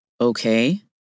Okay